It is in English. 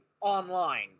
online